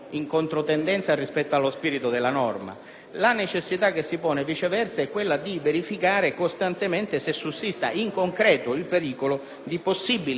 La necessità che si pone, viceversa, è quella di verificare costantemente se sussista in concreto il pericolo di possibili collegamenti tra il detenuto e le associazioni criminali.